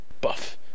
buff